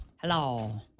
Hello